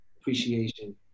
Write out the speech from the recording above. Appreciation